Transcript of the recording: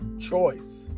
choice